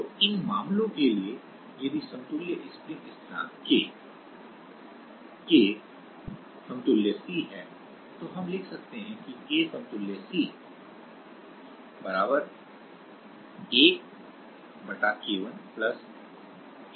तो इन मामलों के लिए यदि समतुल्य स्प्रिंग स्थिरांक K K समतुल्य c है तो हम लिख सकते हैं कि K समतुल्य c 1 K 1 1 K 2